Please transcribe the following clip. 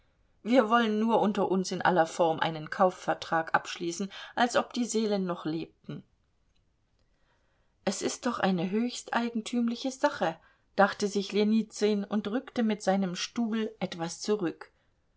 wir wollen nur unter uns in aller form einen kaufvertrag abschließen als ob die seelen noch lebten es ist doch eine höchst eigentümliche sache dachte sich ljenizyn und rückte mit seinem stuhl etwas zurück